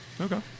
Okay